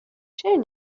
چرا